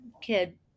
kid